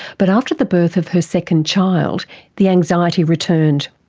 but after the birth of her second child the anxiety returned.